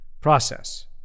process